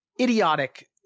idiotic